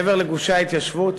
מעבר לגושי ההתיישבות?